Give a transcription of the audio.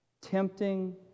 tempting